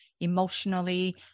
emotionally